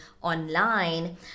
online